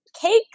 cakes